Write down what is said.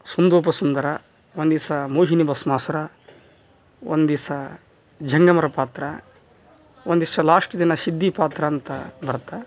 ಸುಂದೋಪ ಸುಂದರ ಒಂದಿವಸ ಮೋಹಿನಿ ಭಸ್ಮಾಸುರ ಒಂದಿವಸ ಜಂಗಮರ ಪಾತ್ರ ಒಂದಿವಸ ಲಾಸ್ಟ್ ದಿನ ಶಿದ್ದಿ ಪಾತ್ರ ಅಂತ ಬರುತ್ತೆ